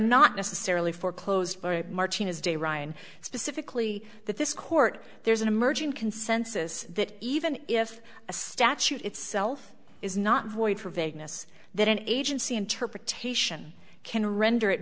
not necessarily foreclosed martina's day ryan specifically that this court there's an emerging consensus that even if a statute itself is not void for vagueness that an agency interpretation can render